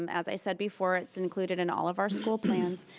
um as i said before it's included in all of our school plans,